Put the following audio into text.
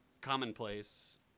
commonplace